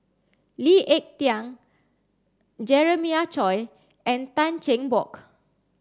Lee Ek Tieng Jeremiah Choy and Tan Cheng Bock